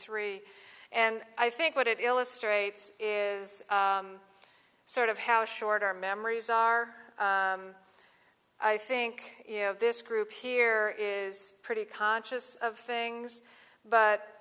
three and i think what it illustrates is sort of how short our memories are i think this group here is pretty conscious of things but